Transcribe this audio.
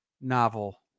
novel